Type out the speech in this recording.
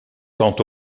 quant